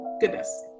goodness